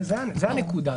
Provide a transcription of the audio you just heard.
זו הנקודה,